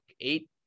eight